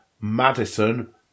Madison